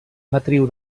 matriu